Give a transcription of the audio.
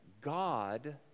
God